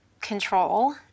control